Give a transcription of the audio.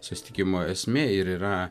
susitikimo esmė ir yra